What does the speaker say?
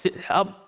help